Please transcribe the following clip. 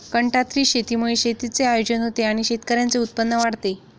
कंत्राटी शेतीमुळे शेतीचे आयोजन होते आणि शेतकऱ्यांचे उत्पन्न वाढते